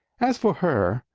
as for her,